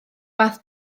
fath